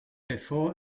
bevor